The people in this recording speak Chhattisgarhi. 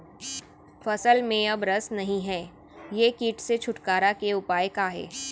फसल में अब रस नही हे ये किट से छुटकारा के उपाय का हे?